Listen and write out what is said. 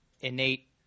innate